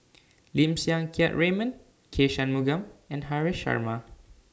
Lim Siang Keat Raymond K Shanmugam and Haresh Sharma